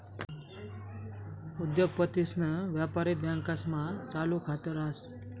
उद्योगपतीसन व्यापारी बँकास्मा चालू खात रास